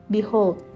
Behold